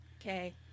Okay